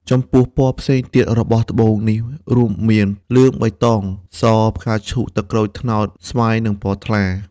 ចំពោះពណ៌ផ្សេងទៀតរបស់ត្បូងនេះរួមមាន លឿង បៃតង ស ផ្កាឈូក ទឹកក្រូច ត្នោត ស្វាយនិងពណ៌ថ្លា។